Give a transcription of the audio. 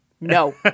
No